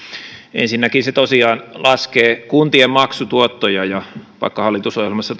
ensinnäkin se tosiaan laskee kuntien maksutuottoja hallitusohjelmassa